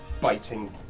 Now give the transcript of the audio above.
biting